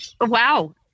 Wow